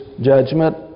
judgment